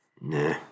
Nah